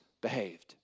behaved